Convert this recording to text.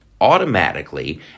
automatically